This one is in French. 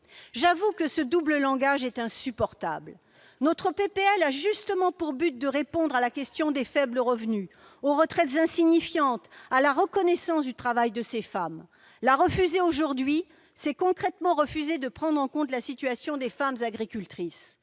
J'avoue que ce double langage est insupportable ... Notre proposition de loi a justement pour but de répondre à la question des faibles revenus, aux retraites insignifiantes, à la reconnaissance du travail de ces femmes. La refuser aujourd'hui, c'est concrètement refuser de prendre en compte la situation des femmes agricultrices.